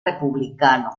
republicano